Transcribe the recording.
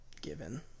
given